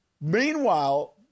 Meanwhile